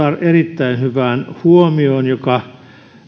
erittäin hyvään huomioon joka